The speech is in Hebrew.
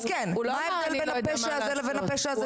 הוא אמר: אסור לי ----- מה ההבדל בין הפשע הזה לבין הפשע הזה?